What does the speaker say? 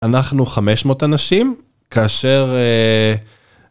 אנחנו 500 אנשים, כאשר אה...